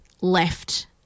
left